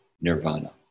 nirvana